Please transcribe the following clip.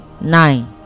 nine